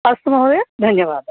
अस्तु महोदय धन्यवादः